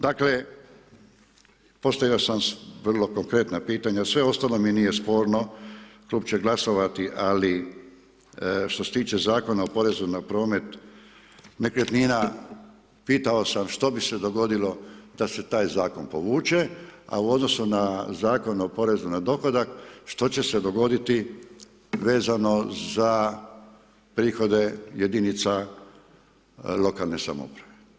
Dakle, postavio sam vrlo konkretna pitanja, sve ostalo mi nije sporno, tu opće glasovati, ali što se tiče Zakona o porezu na promet nekretnina, pitao sam što bi se dogodilo da se taj zakon povuće, a u odnosu na Zakonu o porezu na dohodak, što će se dogoditi vezano za prihode jedinice lokalne samouprave.